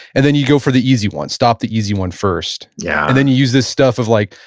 and then you go for the easy one. stop the easy one first yeah then you use this stuff of, like